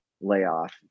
layoff